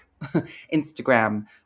Instagram